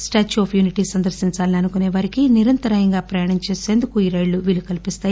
statue of unity సందర్భించాలని అనుకుసేవారికి నిరంతరాయంగా ప్రయాణం చేసేందుకు ఈ రైళ్ళు వీలుకల్పిస్తాయి